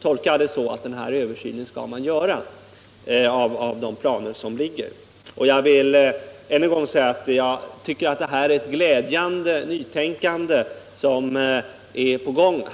tolkar jag på det sättet att denna översyn av de föreliggande planerna kommer att göras. Jag vill än en gång säga att jag tycker att det är ett glädjande nytänkande som här är på gång.